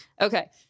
Okay